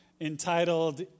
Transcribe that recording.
entitled